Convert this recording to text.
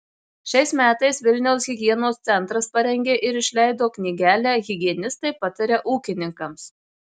šiais metais vilniaus higienos centras parengė ir išleido knygelę higienistai pataria ūkininkams